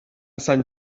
sant